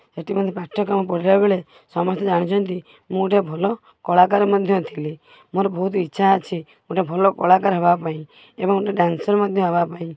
ସେଇଠି ପାଠ୍ୟକ୍ରମ ପଢ଼ିଲାବେଳେ ସମସ୍ତେ ଜାଣିଛନ୍ତି ମୁଁ ଗୋଟେ ଭଲ କଳାକାର ମଧ୍ୟ ଥିଲି ମୋର ବହୁତ ଇଛା ଅଛି ଗୋଟେ ଭଲ କଳାକାର ହେବାପାଇଁ ଏବଂ ଗୋଟେ ଡ୍ୟାନ୍ସର ମଧ୍ୟ ହବାପାଇଁ